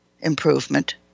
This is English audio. improvement